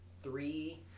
three